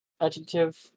Adjective